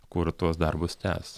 kur tuos darbus tęs